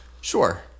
Sure